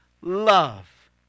love